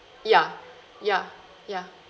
ya ya ya